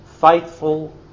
faithful